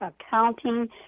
accounting